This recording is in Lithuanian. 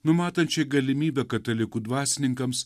numatančiai galimybę katalikų dvasininkams